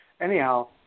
Anyhow